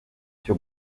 cyo